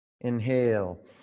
inhale